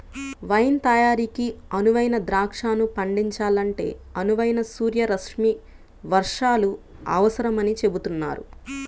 wine తయారీకి అనువైన ద్రాక్షను పండించాలంటే అనువైన సూర్యరశ్మి వర్షాలు అవసరమని చెబుతున్నారు